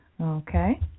Okay